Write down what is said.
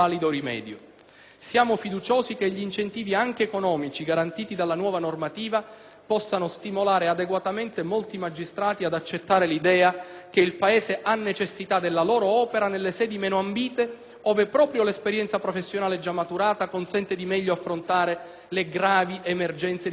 Siamo fiduciosi che gli incentivi anche economici garantiti dalla nuova normativa possano stimolare adeguatamente molti magistrati ad accettare l'idea che il Paese ha necessità della loro opera nelle sedi meno ambite, ove proprio l'esperienza professionale già maturata consente di meglio affrontare le gravi emergenze di quei circondari.